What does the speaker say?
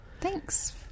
thanks